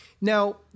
Now